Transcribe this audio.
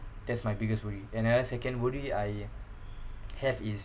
that's my biggest worry another second worry I have is